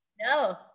No